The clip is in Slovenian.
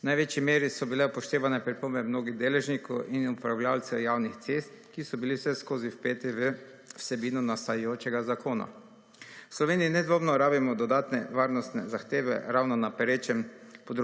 največji meri so bile upoštevane pripombe mnogih deležnikov in upravljavcev javnih cest, ki so bili vseskozi vpeti v vsebino nastajajočega zakona. v Sloveniji nedvoumno rabimo dodatne varnostne zahteve ravno na perečem